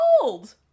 cold